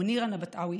מוניר ענבתאוי